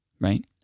Right